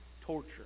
torture